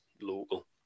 local